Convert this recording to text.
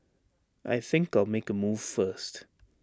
I think I'll make A move first